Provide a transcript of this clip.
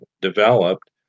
developed